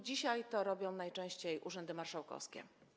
Dzisiaj robią to najczęściej urzędy marszałkowskie.